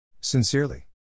Sincerely